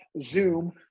Zoom